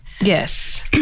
Yes